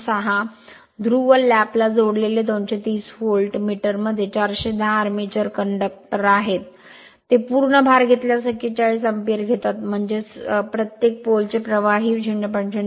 सहा ध्रुव लॅप ला जोडलेले 230 व्होल्ट मोटर मध्ये 410 आर्मेचर कंडक्टर आहेत ते पूर्ण भार घेतल्यास 41 अॅम्पीयर घेतात प्रत्येक पोलचे प्रवाही 0